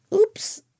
Oops